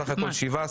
סך הכול שבעה.